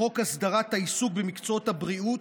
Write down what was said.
חוק הסדרת העיסוק במקצועות הבריאות,